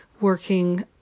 working